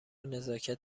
نزاکت